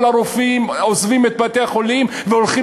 כל הרופאים עוזבים את בתי-החולים והולכים